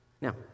Now